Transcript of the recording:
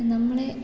നമ്മളെ